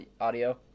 audio